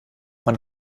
man